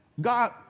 God